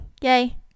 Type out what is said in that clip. Yay